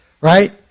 right